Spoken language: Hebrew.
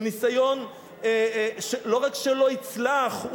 הוא ניסיון שלא רק שלא יצלח,